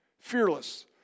Fearless